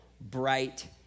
bright